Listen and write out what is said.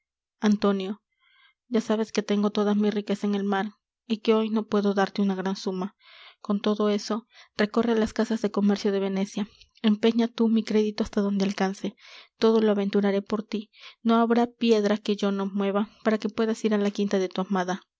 antonio ya sabes que tengo toda mi riqueza en el mar y que hoy no puedo darte una gran suma con todo eso recorre las casas de comercio de venecia empeña tú mi crédito hasta donde alcance todo lo aventuraré por tí no habrá piedra que yo no mueva para que puedas ir á la quinta de tu amada